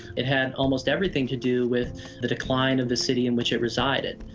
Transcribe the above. it had almost everything to do with the decline of the city in which it resided